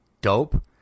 dope